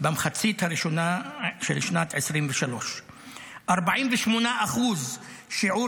במחצית הראשונה של שנת 2023. 48% הוא שיעור